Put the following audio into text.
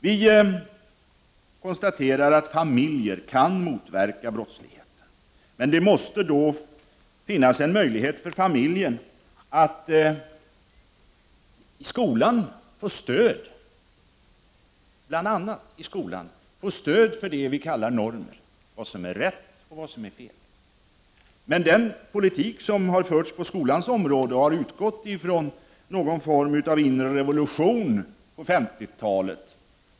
Vi konstaterar att brottsligheten kan motverkas inom familjerna, men att det då måste finnas en möjlighet för familjen att bl.a. i skolan få stöd för det som vi kallar normer — regler för vad som är rätt och för vad som är fel. Men den politik som har förts på skolans område har utgått från någon form av inre revolution på 50-talet.